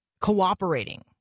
cooperating